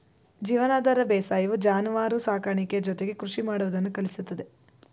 ಜೀವನಾಧಾರ ಬೇಸಾಯವು ಜಾನುವಾರು ಸಾಕಾಣಿಕೆ ಜೊತೆಗೆ ಕೃಷಿ ಮಾಡುವುದನ್ನು ಕಲಿಸುತ್ತದೆ